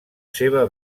seva